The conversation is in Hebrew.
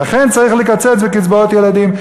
צריך לקצץ בקצבאות ילדים.